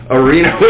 arena